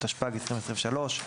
התשפ"ג-2023.